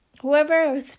Whoever